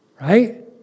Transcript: Right